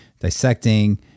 dissecting